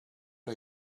are